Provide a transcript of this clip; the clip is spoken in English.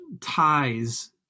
ties